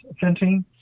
fencing